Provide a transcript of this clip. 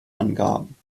angaben